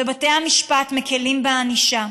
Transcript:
ובתי המשפט מקילים בענישה.